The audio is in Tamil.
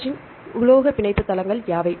அவற்றின் உலோக பிணைப்பு தளங்கள் யாவை